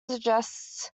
suggests